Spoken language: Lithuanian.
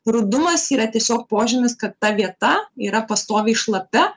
rudumas yra tiesiog požymis kad ta vieta yra pastoviai šlapia